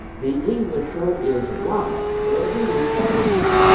the english show is live every week on youtube.